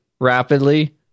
rapidly